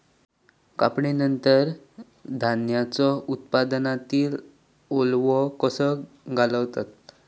कापणीनंतर धान्यांचो उत्पादनातील ओलावो कसो घालवतत?